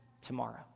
tomorrow